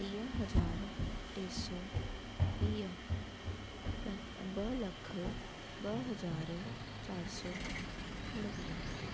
टीह हज़ार टे सौ वीह प ॿ लख ॿ हज़ार चारि सौ उणिवीह